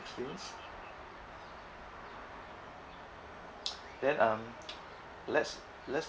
sixteen then um let's let's